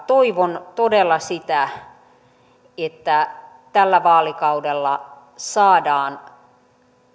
toivon todella sitä että tällä vaalikaudella saadaan